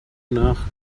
nach